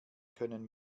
können